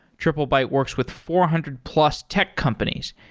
triplebyte works with four hundred plus tech companies,